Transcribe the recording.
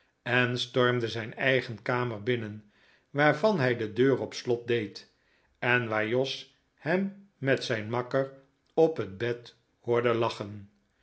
en stormde zijn eigen kamer binnen waarvan hij de deur op slot deed en waar jos hem met zijn makker op het bed hoorde lachen